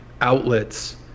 outlets